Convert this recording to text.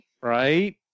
Right